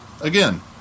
Again